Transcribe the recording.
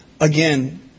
again